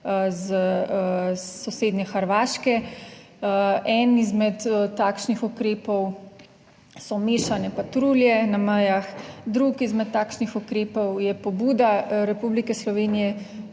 iz sosednje Hrvaške. Eden izmed takšnih ukrepov so mešane patrulje na mejah, drug izmed takšnih ukrepov je pobuda Republike Slovenije